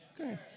Okay